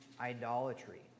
idolatry